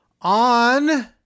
on